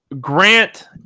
Grant